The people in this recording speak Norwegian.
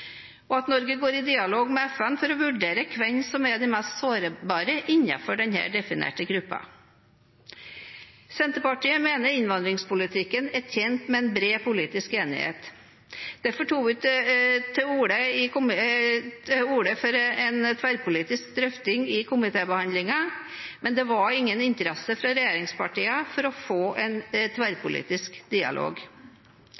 at Norge går i dialog med FN for å vurdere hvem som er de mest sårbare innenfor denne definerte gruppen Senterpartiet mener innvandringspolitikken er tjent med en bred politisk enighet. Derfor tok vi til orde for en tverrpolitisk drøfting i komitébehandlingen, men det var ingen interesse fra regjeringspartiene for å få en